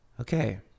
okay